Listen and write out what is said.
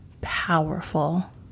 powerful